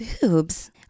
boobs